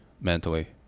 mentally